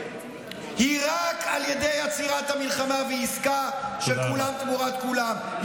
היא רק על ידי עצירת המלחמה ועסקה של כולם תמורת כולם.